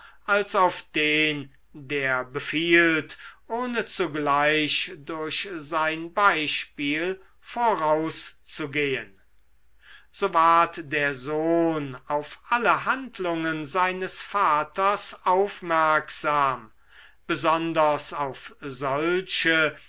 als auf den der befiehlt ohne zugleich durch sein beispiel vorauszugehen so ward der sohn auf alle handlungen seines vaters aufmerksam besonders auf solche